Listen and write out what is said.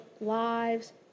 lives